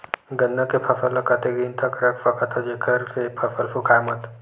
गन्ना के फसल ल कतेक दिन तक रख सकथव जेखर से फसल सूखाय मत?